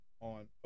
on